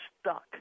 stuck